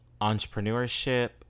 entrepreneurship